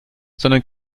sondern